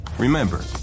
Remember